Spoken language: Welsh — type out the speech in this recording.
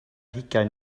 hugain